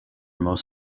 most